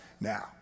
now